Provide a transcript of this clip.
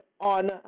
on